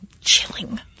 Chilling